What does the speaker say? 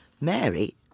Mary